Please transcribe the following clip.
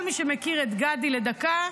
כל מי שמכיר את גדי דקה,